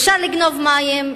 אפשר לגנוב מים,